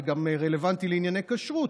זה גם רלוונטי לענייני כשרות,